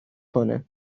کنه